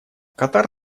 катар